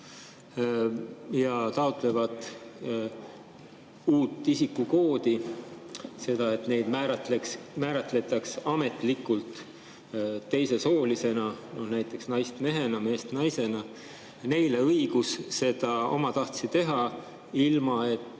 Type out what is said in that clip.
ja taotlevad uut isikukoodi, et neid määratletaks ametlikult teisesoolisena, näiteks naist mehena ja meest naisena – anda neile õigus seda omatahtsi teha, ilma et